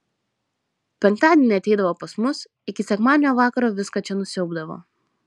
penktadienį ateidavo pas mus iki sekmadienio vakaro viską čia nusiaubdavo